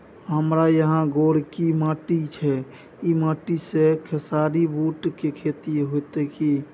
हमारा यहाँ गोरकी माटी छै ई माटी में खेसारी, बूट के खेती हौते की?